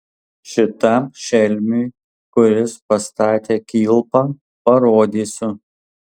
šitam šelmiui kuris pastatė kilpą parodysiu